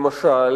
למשל,